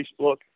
Facebook